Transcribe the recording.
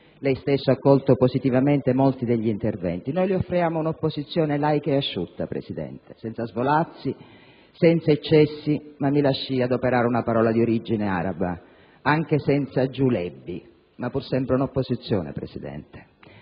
Lei stesso ha colto positivamente molti degli interventi. Noi le offriamo un'opposizione laica e asciutta, Presidente, senza svolazzi, senza eccessi, ma - mi lasci adoperare una parola di origine araba - anche senza giulebbi, pur sempre un'opposizione. Abbiamo